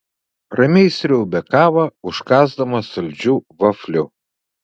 ramiai sriaubė kavą užkąsdamas saldžiu vafliu